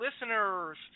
listeners